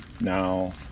now